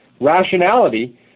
rationality